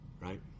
right